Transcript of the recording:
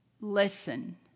listen